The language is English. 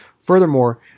Furthermore